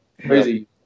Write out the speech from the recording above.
Crazy